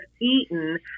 eaten